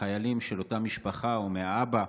החיילים של אותה משפחה, או האבא,